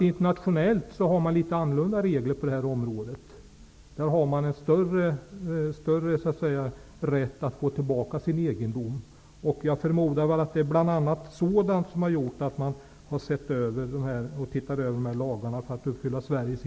Internationellt har man litet annorlunda regler på detta område. Man har där större rätt att få tillbaka sin egendom. Jag förmodar att det bl.a. är för att uppfylla Sveriges internationella åtaganden som man ser över dessa lagregler.